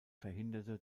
verhinderte